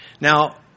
Now